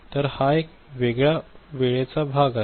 तर हा एक वेगळ्या वेळेचा भाग आहे